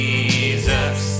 Jesus